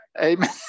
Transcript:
Amen